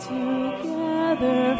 together